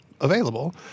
available